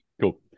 Cool